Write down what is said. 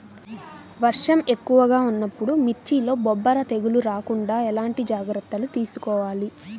వర్షం ఎక్కువగా ఉన్నప్పుడు మిర్చిలో బొబ్బర తెగులు రాకుండా ఎలాంటి జాగ్రత్తలు తీసుకోవాలి?